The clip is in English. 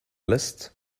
list